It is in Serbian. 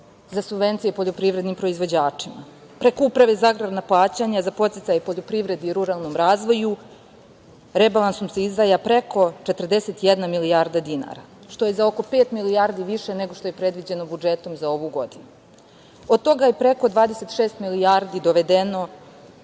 za subvencije poljoprivrednim proizvođačima, preko uprave za agrarna plaćanja za podsticaje poljoprivredi i ruralnom razvoju, rebalansom se izdvaja preko 41 milijarda dinara što je za oko pet milijardi više nego što je predviđeno budžetom za ovu godinu. Od toga je preko 26 milijardi dovedeno